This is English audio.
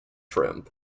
shrimp